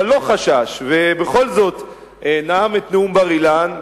אבל לא חשש ובכל זאת נאם את נאום בר-אילן,